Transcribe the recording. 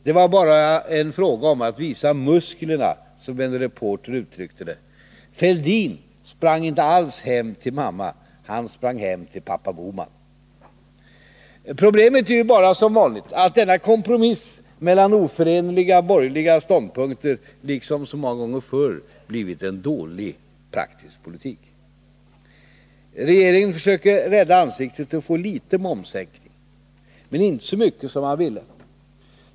Det var bara fråga om att visa musklerna, som en reporter uttryckte det. Fälldin sprang inte alls hem till mamma. Han sprang hem till pappa Bohman. Problemet är bara, som vanligt, att denna kompromiss mellan oförenliga borgerliga ståndpunkter, liksom så många gånger förr, blivit en dålig praktisk politik. Regeringen försöker rädda ansiktet och får litet momssänkning, men inte så mycket som man ville.